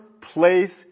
place